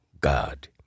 God